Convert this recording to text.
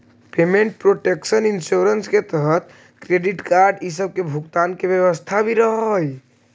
payment protection insurance के तहत credit card इ सब के भुगतान के व्यवस्था भी रहऽ हई